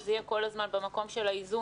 שזה יהיה כל הזמן במקום של האיזון